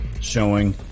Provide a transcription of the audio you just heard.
showing